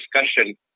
discussion